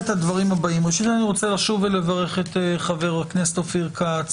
ראשית, אני רוצה לשוב ולברך את חה"כ אופיר כץ